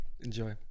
Enjoy